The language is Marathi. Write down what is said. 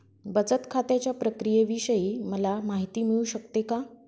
बचत खात्याच्या प्रक्रियेविषयी मला माहिती मिळू शकते का?